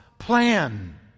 plan